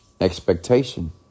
expectation